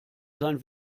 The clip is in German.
sein